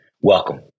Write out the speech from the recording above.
Welcome